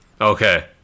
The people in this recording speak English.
Okay